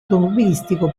automobilistico